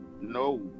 No